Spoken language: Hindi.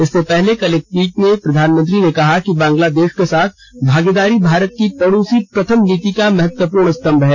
इससे पहले कल एक ट्वीट में प्रधानमंत्री ने कहा कि बांग्लादेश के साथ भागीदारी भारत की पड़ोसी प्रथम नीति का महत्वपूर्ण स्तंभ है